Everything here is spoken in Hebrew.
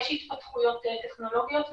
יש התפתחויות טכנולוגיות מאז.